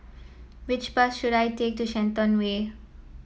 which bus should I take to Shenton Way